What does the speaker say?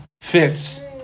fits